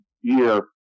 year